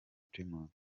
primus